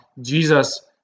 Jesus